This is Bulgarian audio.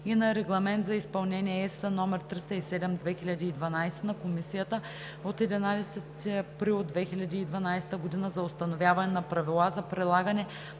и на Регламент за изпълнение (ЕС) № 307/2012 на Комисията от 11 април 2012 г. за установяване на правила за прилагане